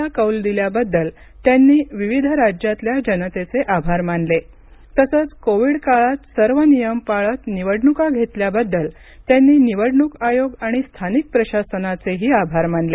ला कौल दिल्याबद्दल त्यांनी विविध राज्यातल्या जनतेचे आभार मानले तसंच कोविड काळात सर्व नियम पाळत निवडणुका घेतल्याबद्दल त्यांनी निवडणूक आयोग आणि स्थानिक प्रशासनाचेही आभार मानले